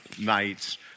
nights